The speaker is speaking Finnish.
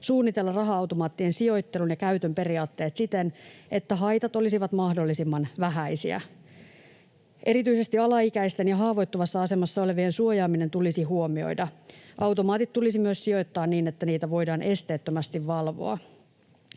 suunnitella raha-automaattien sijoittelun ja käytön periaatteet siten, että haitat olisivat mahdollisimman vähäisiä. Erityisesti tulisi huomioida alaikäisten ja haavoittuvassa asemassa olevien suojaaminen. Automaatit tulisi myös sijoittaa niin, että niitä voidaan esteettömästi valvoa.